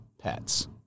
pets